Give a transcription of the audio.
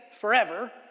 forever